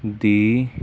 ਦੀ